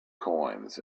coins